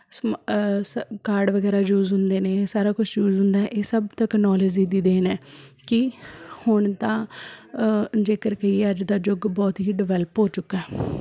ਸਮਾਂ ਸ ਕਾਰਡ ਵਗੈਰਾ ਯੂਜ਼ ਹੁੰਦੇ ਨੇ ਇਹ ਸਾਰਾ ਕੁਛ ਯੂਜ਼ ਹੁੰਦਾ ਇਹ ਸਭ ਤੈਕਨੋਲਜੀ ਦੀ ਦੇਣ ਹੈ ਕਿ ਹੁਣ ਤਾਂ ਜੇਕਰ ਕਹੀਏ ਅੱਜ ਦਾ ਯੁੱਗ ਬਹੁਤ ਹੀ ਡਿਵੈਲਪ ਹੋ ਚੁੱਕਾ